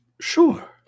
sure